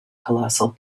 colossal